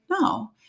no